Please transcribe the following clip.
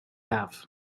have